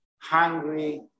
hungry